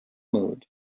mood